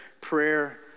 prayer